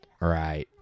Right